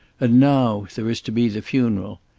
and now there is to be the funeral!